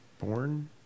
born